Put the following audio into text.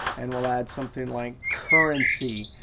and we'll add something like currency.